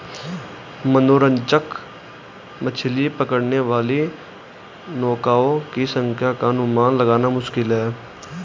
मनोरंजक मछली पकड़ने वाली नौकाओं की संख्या का अनुमान लगाना मुश्किल है